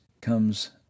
comes